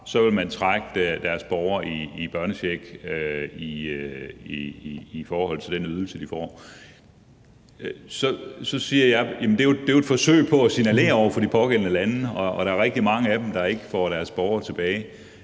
vil man trække deres borgere i børnechecken i forhold til den ydelse, de får; det er jo et forsøg på at signalere over for de pågældende lande – og der er rigtig mange af dem, der ikke får deres borgere tilbage